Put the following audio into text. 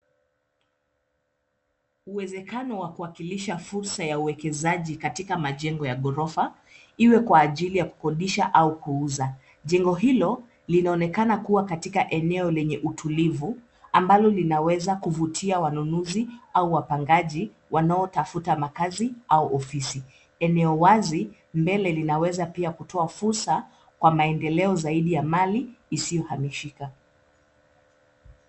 Uwezekano wa kuwakilisha fursa ya uwekezaji katika majengo ya ghorofa iwe kwa ajili ya kukodisha au kuuza. Jengo hilo linaonekana kuwa katika eneo lenye utulivu, ambalo linaweza kuvutia wanunuzi au wapangaji wanaotafuta makazi au ofisi. Eneo wazi mbele linaweza pia kutoa fursa kwa maendeleo zaidi ya mali isiyohamishika.